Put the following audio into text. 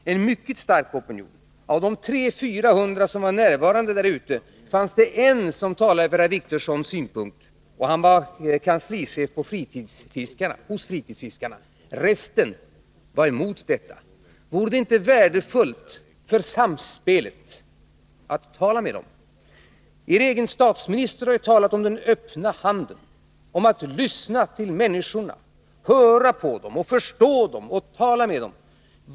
Bland de 300-400 personer som var närvarande där ute fanns det en som talade för herr Wictorssons synpunkter, och han var kanslichef hos Fritidsfiskarna. Resten var emot detta. Vore det inte värdefullt för samspelet att tala med skärgårdsborna? Er egen statsminister har ju talat om den öppna handen, om att lyssna till människorna, tala med dem och förstå dem.